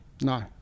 No